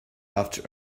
after